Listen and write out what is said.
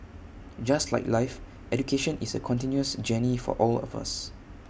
just like life education is A continuous journey for all of us